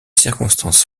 circonstance